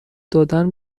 دادن